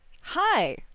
Hi